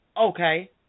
Okay